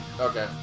Okay